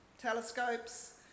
telescopes